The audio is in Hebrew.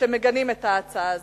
שמגנים את ההצעה הזאת.